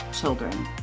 children